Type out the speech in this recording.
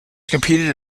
competed